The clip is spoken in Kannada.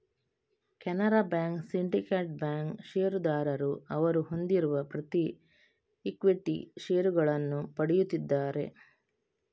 ಕೆನರಾ ಬ್ಯಾಂಕ್, ಸಿಂಡಿಕೇಟ್ ಬ್ಯಾಂಕ್ ಷೇರುದಾರರು ಅವರು ಹೊಂದಿರುವ ಪ್ರತಿ ಈಕ್ವಿಟಿ ಷೇರುಗಳನ್ನು ಪಡೆಯುತ್ತಿದ್ದಾರೆ